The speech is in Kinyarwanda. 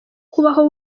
kubaho